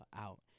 out